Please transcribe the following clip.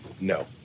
No